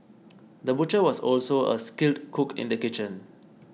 the butcher was also a skilled cook in the kitchen